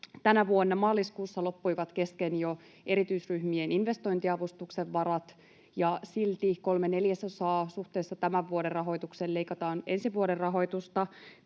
tänä vuonna jo maaliskuussa loppuivat kesken erityisryhmien investointiavustuksen varat, ja silti kolme neljäsosaa suhteessa tämän vuoden rahoitukseen leikataan ensi vuoden rahoitusta.